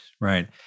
right